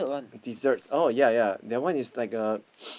desserts oh yea yea that one is like a